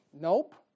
Nope